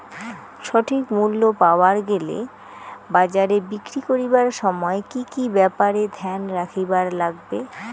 সঠিক মূল্য পাবার গেলে বাজারে বিক্রি করিবার সময় কি কি ব্যাপার এ ধ্যান রাখিবার লাগবে?